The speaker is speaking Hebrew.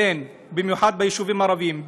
במיוחד ביישובים הערביים,